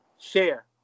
share